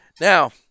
Now